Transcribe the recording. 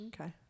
Okay